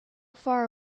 far